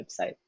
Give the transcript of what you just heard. website